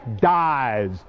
dies